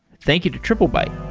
thank you to triplebyte